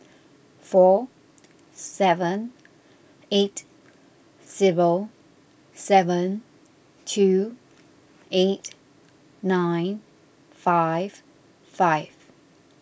four seven eight zero seven two eight nine five five